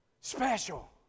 special